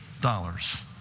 dollars